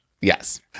Yes